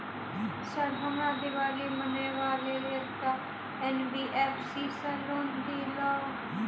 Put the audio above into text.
Sir हमरा दिवाली मनावे लेल एकटा एन.बी.एफ.सी सऽ लोन दिअउ?